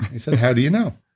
he said, how do you know?